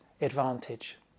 advantage